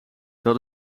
dat